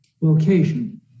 location